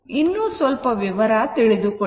ಇನ್ನೂ ಸ್ವಲ್ಪ ವಿವರ ತಿಳಿದುಕೊಳ್ಳೋಣ